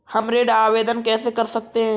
हम ऋण आवेदन कैसे कर सकते हैं?